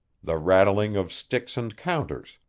the rattling of sticks and counters,